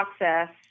process